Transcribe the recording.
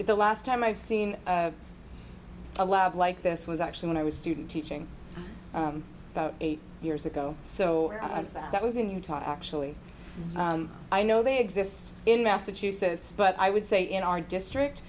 the last time i've seen a lot of like this was actually when i was student teaching about eight years ago so that was in utah actually i know they exist in massachusetts but i would say in our district